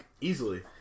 Easily